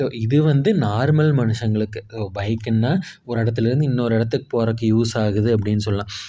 so இது வந்து normal மனுஷங்களுக்கு ஓ பைக்குன்னா ஒரு இடத்துலேருந்து இன்னொரு இடத்துக்கு போறதுக்கு யூஸ் ஆகுது அப்படின்னு சொல்லலாம்